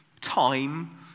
time